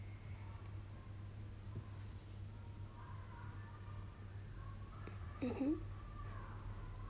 mmhmm